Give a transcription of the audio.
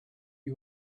you